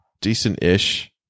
Decent-ish